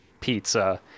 pizza